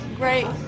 great